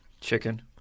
Chicken